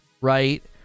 right